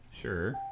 Sure